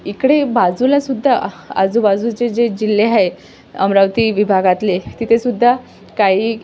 इकडे बाजूला सुद्धा आजूबाजूचे जे जिल्हे आहे अमरावती विभागातले तिथे सुद्धा काही